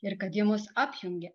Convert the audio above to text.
ir kad ji mus apjungia